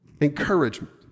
Encouragement